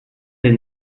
des